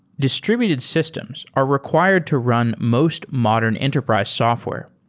distributed systems are required to run most modern enterprise software.